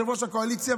יושב-ראש הקואליציה,